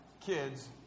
kids